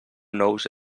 nous